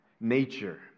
nature